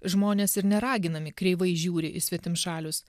žmonės ir neraginami kreivai žiūri į svetimšalius